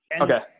Okay